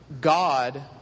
God